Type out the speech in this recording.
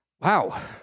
Wow